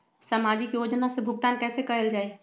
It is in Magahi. सामाजिक योजना से भुगतान कैसे कयल जाई?